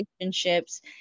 relationships